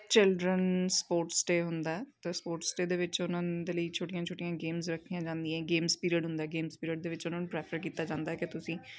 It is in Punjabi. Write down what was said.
ਚਿਲਡਰਨਜ਼ ਸਪੋਰਟਸ ਡੇ ਹੁੰਦਾ ਤਾਂ ਸਪੋਰਟਸ ਡੇ ਦੇ ਵਿੱਚ ਉਹਨਾਂ ਦੇ ਲਈ ਛੋਟੀਆਂ ਛੋਟੀਆਂ ਗੇਮਸ ਰੱਖੀਆਂ ਜਾਂਦੀਆਂ ਗੇਮਸ ਪੀਰੀਅਡ ਹੁੰਦਾ ਗੇਮਸ ਪੀਰੀਅਡ ਦੇ ਵਿੱਚ ਉਹਨਾਂ ਨੂੰ ਪ੍ਰੈਫਰ ਕੀਤਾ ਜਾਂਦਾ ਕਿ ਤੁਸੀਂ